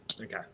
Okay